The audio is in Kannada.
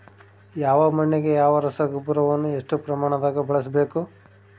ಯಾವ ಮಣ್ಣಿಗೆ ಯಾವ ರಸಗೊಬ್ಬರವನ್ನು ಎಷ್ಟು ಪ್ರಮಾಣದಾಗ ಬಳಸ್ಬೇಕು?